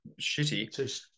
shitty